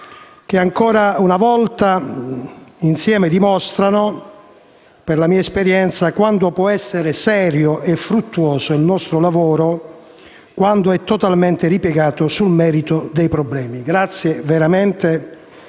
che, ancora una volta, insieme dimostrano, per la mia esperienza, quanto può essere serio e fruttuoso il nostro lavoro quando è totalmente ripiegato sul merito dei problemi. Grazie veramente